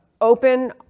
open